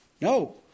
No